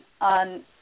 on